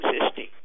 existing